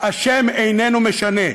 השם איננו משנה.